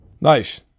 nice